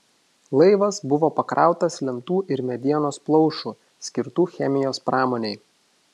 laivas buvo pakrautas lentų ir medienos plaušų skirtų chemijos pramonei